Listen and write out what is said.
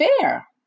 fair